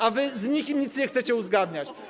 A wy z nikim nic nie chcecie uzgadniać.